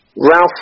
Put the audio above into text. Ralph